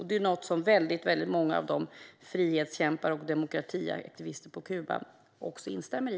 Det är en analys som väldigt många frihetskämpar och demokratiaktivister på Kuba instämmer i.